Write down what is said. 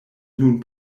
nun